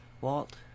Walt